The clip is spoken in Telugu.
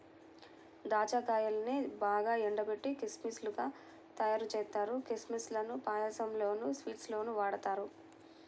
దాచ్చా కాయల్నే బాగా ఎండబెట్టి కిస్మిస్ లుగా తయ్యారుజేత్తారు, కిస్మిస్ లను పాయసంలోనూ, స్వీట్స్ లోనూ వాడతారు